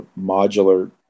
modular